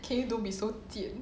can you don't be so 兼